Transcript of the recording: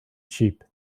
cheap